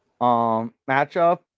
matchup